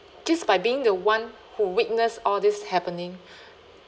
just by being the one who witness all this happening